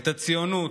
את הציונות,